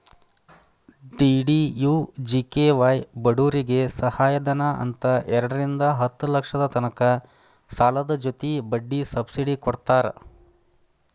DDUGKY ಬಡೂರಿಗೆ ಸಹಾಯಧನ ಅಂತ್ ಎರಡರಿಂದಾ ಹತ್ತ್ ಲಕ್ಷದ ತನಕ ಸಾಲದ್ ಜೊತಿ ಬಡ್ಡಿ ಸಬ್ಸಿಡಿ ಕೊಡ್ತಾರ್